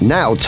Now